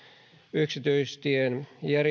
yksityistien